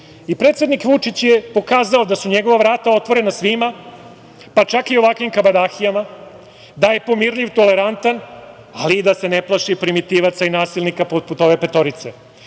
I predsednik Vučić je pokazao da su njegova vrata otvorena svima, pa čak i ovakvim kabadahijama, da je pomirljiv, tolerantan, ali i da se ne plaši primitivaca i nasilnika poput ove petorice. Da